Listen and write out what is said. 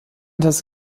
das